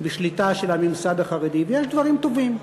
בשליטה של הממסד החרדי, ויש דברים טובים.